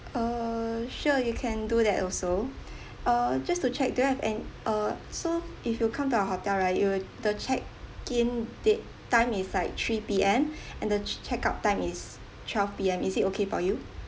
uh sure you can do that also uh just to check do you have an uh so if you come to our hotel right you will the check-in date time is like three P_M and the c~ checkout time is twelve P_M is it okay for you